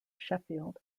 sheffield